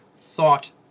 thought